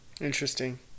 Interesting